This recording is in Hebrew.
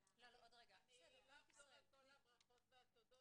היא קובעת גבולות מאוד ברורים.